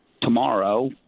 tomorrow